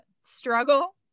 struggle